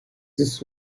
this